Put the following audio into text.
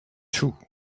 too